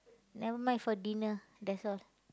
never mind for dinner that's all